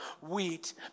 wheat